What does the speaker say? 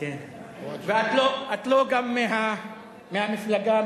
ואת גם לא מהמפלגה,